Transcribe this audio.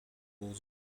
rules